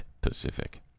Pacific